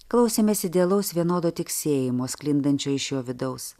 klausėmės idealaus vienodo tiksėjimo sklindančio iš jo vidaus